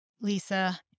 Lisa